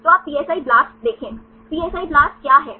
तो आप PSI BLAST देखें PSI BLAST क्या है